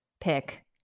pick